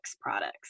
products